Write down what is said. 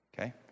Okay